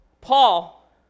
Paul